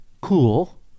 cool